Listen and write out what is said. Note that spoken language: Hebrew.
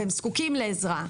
והם זקוקים לעזרה.